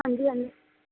ਹਾਂਜੀ ਹਾਂਜੀ